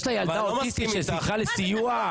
יש לה ילדה שזקוקה לסיוע.